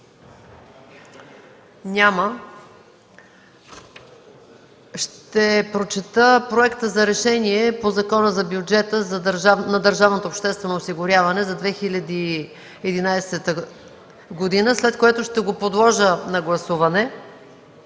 Няма. Ще прочета Проекта за решение по Закона за бюджета на Държавното обществено осигуряване за 2011 г., след което ще го подложа на гласуване: